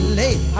late